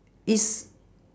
it's